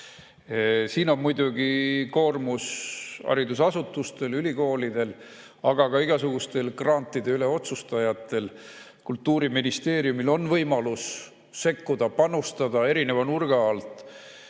Siin on muidugi koormus haridusasutustel, ülikoolidel, aga ka igasugustel grantide üle otsustajatel. Kultuuriministeeriumil on võimalus sekkuda ja panustada erineva nurga alt.